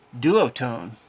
duotone